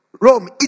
Rome